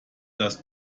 das